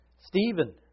Stephen